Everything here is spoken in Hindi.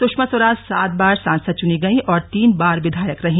सुषमा स्वराज सात बार सांसद चुनी गईं और तीन बार विधायक रहीं